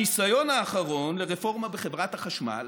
הניסיון האחרון לרפורמה בחברת החשמל